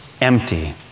empty